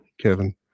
Kevin